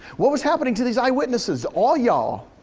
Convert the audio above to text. what was happening to these eye witnesses, all y'all?